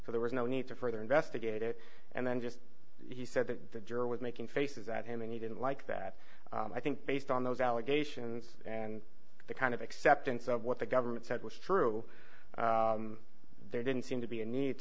so there was no need to further investigate it and then just he said the juror was making faces at him and he didn't like that and i think based on those allegations and the kind of acceptance of what the government said was true there didn't seem to be a ne